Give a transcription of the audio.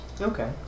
Okay